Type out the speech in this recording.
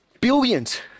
billions